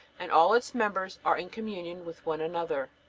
and all its members are in communion with one another.